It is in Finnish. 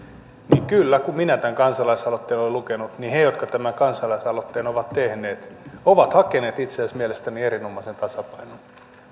kyllä kun minä tämän kansa laisaloitteen olen lukenut niin mielestäni he jotka tämän kansalaisaloitteen ovat tehneet ovat hakeneet itse asiassa erinomaisen tasapainon